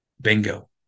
bingo